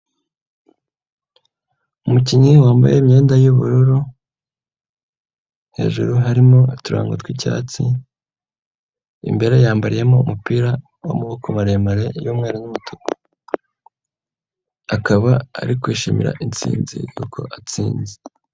Umukinnyi wambaye imyenda y'ubururu, hejuru harimo uturangago tw'icyatsi, imbere yambariyemo umupira w'amaboko maremare y'umweru n'umutuku, akaba ari kwishimira intsinzi kuko atsinze.